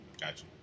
Gotcha